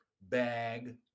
bag